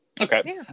okay